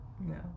No